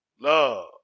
love